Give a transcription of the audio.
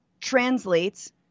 translates